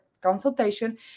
consultation